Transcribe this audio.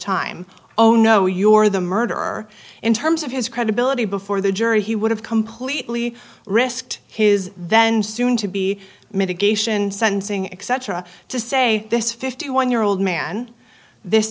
time oh no your the murderer in terms of his credibility before the jury he would have completely risked his then soon to be mitigation sentencing etc to say this fifty one year old man this